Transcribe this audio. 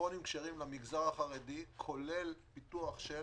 טלפונים כשרים למגזר החרדי כולל פיתוח של